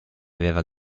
aveva